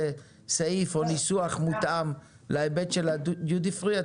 סעיף או ניסוח מותאם להיבט של הדיוטי פרי,